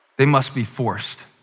they must be forced.